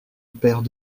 paires